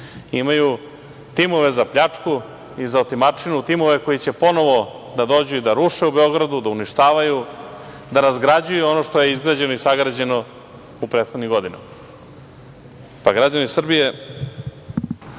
imaju timove za pljačku i za otimačinu, timove koji će ponovo da dođu i da ruše u Beogradu, da uništavaju, da razgrađuju ono što je izgrađeno i sagrađeno u prethodnim godinama. Građani Srbije,